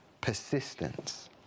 persistence